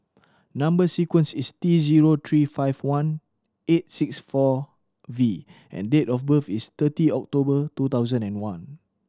number sequence is T zero three five one eight six four V and date of birth is thirty October two thousand and one